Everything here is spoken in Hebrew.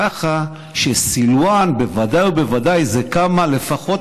ככה שסלוואן בוודאי ובוודאי זה לפחות